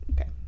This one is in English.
Okay